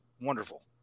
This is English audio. wonderful